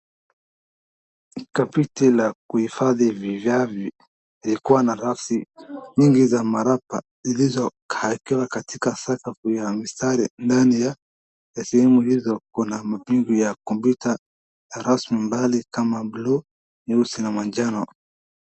Kabati la kuhifadhi vifaa vilikuwa na rasi nyingi za maraba zilizo kaa ikiwa katika sakafu ya mistari ndani ya sehemu hizo kuna mawingu ya kompyuta na rasmi mbali kama buluu, nyeusi na manjano.